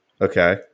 Okay